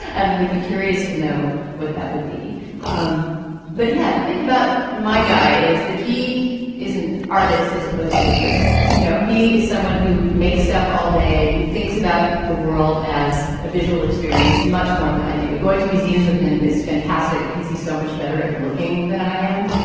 and we'd be curious to know what that would be um but yeah, the thing about my guy is that he is an artist as opposed to a critic you know, he is someone who makes stuff all day. who thinks about the world as a visual experience much more than i do. going to museums with him is fantastic because he's so much better at looking than i am.